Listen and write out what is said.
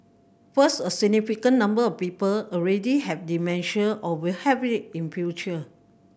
first a significant number of people already have dementia or will have it in future